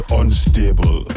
unstable